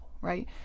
right